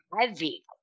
heavy